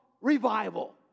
revival